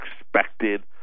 expected